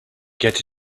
get